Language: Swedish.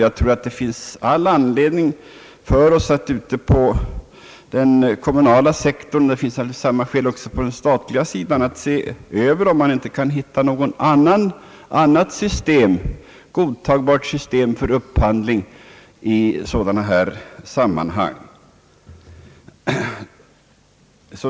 Jag tror att det finns all anledning för oss att inom den kommunala sektorn — naturligtvis också av samma skäl inom den statliga sektorn — se över om man inte kan finna något annat godtagbart system för upphandling i sådana här sammanhang.